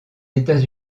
états